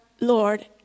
Lord